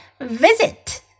visit